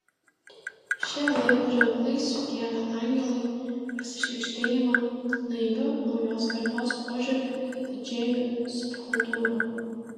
šie laiko ženklai sukėlė angelui pasišlykštėjimą naiviu naujos kartos požiūriu į didžėjų subkultūrą